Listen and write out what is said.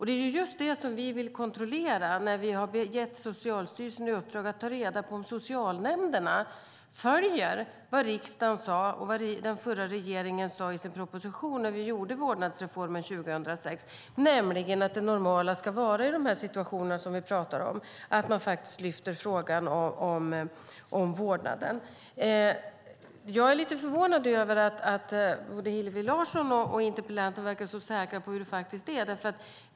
Det är just detta som vi vill kontrollera när vi har gett Socialstyrelsen i uppdrag att ta reda på om socialnämnderna följer vad riksdagen sade och vad den förra regeringen sade i sin proposition när vi gjorde vårdnadsreformen 2006, nämligen att det normala i de situationer som vi talar om ska vara att man lyfter fram frågan om vårdnaden. Jag är lite förvånad över att både Hillevi Larsson och interpellanten verkar vara så säkra på hur det faktiskt är.